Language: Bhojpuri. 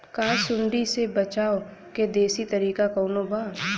का सूंडी से बचाव क देशी तरीका कवनो बा?